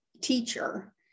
teacher